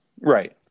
Right